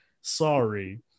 Sorry